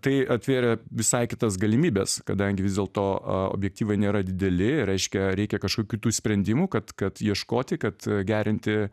tai atvėrė visai kitas galimybes kadangi vis dėlto objektyvai nėra dideli reiškia reikia kažkokių tų sprendimų kad kad ieškoti kad gerinti